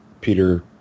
Peter